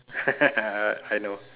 I know